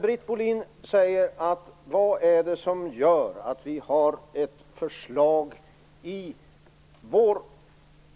Britt Bohlin undrar vad det är som gör att vi har ett förslag i vår